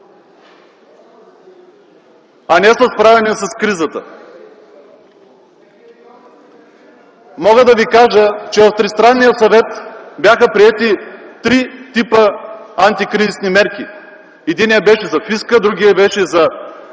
а не със справяне с кризата. Мога да ви кажа, че в Тристранния съвет бяха приети три типа антикризисни мерки – единият беше за фиска, другият – за